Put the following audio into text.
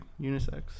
unisex